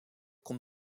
komt